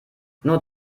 nur